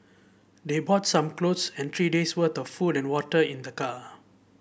they brought some clothes and three days worth of food and water in the car